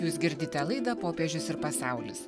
jūs girdite laida popiežius ir pasaulis